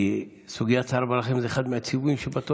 כי סוגיית צער בעלי חיים היא אחד מהציוויים שבתורה.